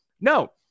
No